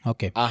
Okay